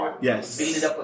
Yes